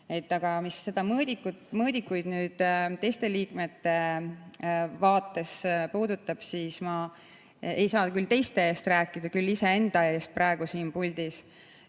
Mis mõõdikuid teiste liikmete vaates puudutab, siis ma ei saa küll teiste eest rääkida, saan ainult iseenda eest praegu siin puldis,